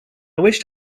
wished